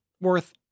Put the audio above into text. worth